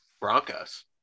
Broncos